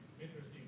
interesting